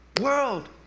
World